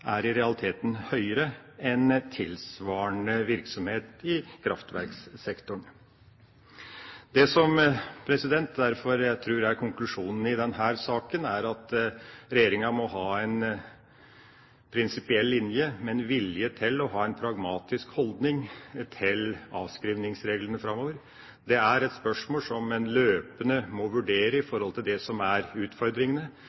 i realiteten er høyere enn tilsvarende virksomhet i kraftverkssektoren. Det jeg derfor tror er konklusjonen i denne saken, er at regjeringen må ha en prinsipiell linje, med en vilje til å ha en pragmatisk holding til avskrivningsreglene framover. Det er et spørsmål som en løpende må vurdere i